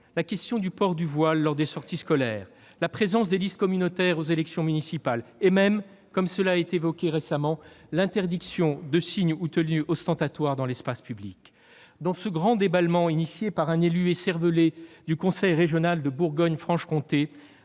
la question du port du voile lors des sorties scolaires, la présence de listes communautaires aux élections municipales et même, comme cela a été évoqué récemment, l'interdiction de signes ou de tenues ostentatoires dans l'espace public. Dans ce grand déballement commencé par un élu écervelé du conseil régional de Bourgogne-Franche-Comté,